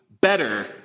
better